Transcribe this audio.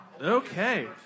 okay